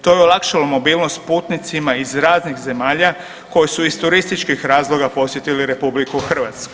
To je olakšalo mobilnost putnicima iz raznih zemalja koji su iz turističkih razloga posjetili RH.